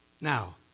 Now